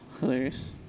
hilarious